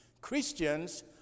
Christians